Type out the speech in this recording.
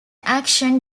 action